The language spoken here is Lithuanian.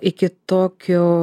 iki tokio